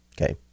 Okay